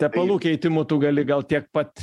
tepalų keitimu tu gali gaut tiek pat